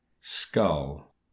Skull